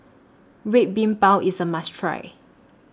Red Bean Bao IS A must Try